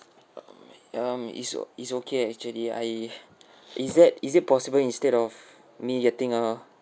um may um it's it's okay actually I is it is it possible instead of me getting a